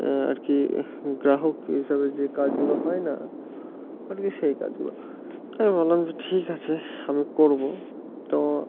আর কি গ্রাহক হিসাবে যে কাজগুলো হয় না আর কি সেই কাজগুলো আমি বললাম যে ঠিক আছে আমি করবো তো